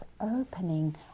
opening